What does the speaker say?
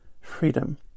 freedom